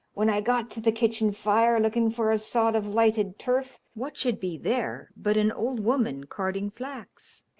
when i got to the kitchen fire, looking for a sod of lighted turf, what should be there but an old woman carding flax,